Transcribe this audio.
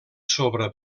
sobre